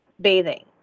bathing